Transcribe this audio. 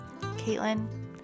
Caitlin